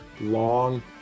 long